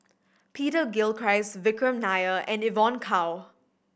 Peter Gilchrist Vikram Nair and Evon Kow